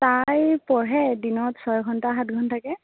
তাই পঢ়ে দিনত ছয় ঘণ্টা সাত ঘণ্টাকৈ